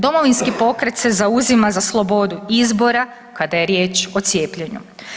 Domovinski pokret se zauzima za slobodu izbora kada je riječ o cijepljenju.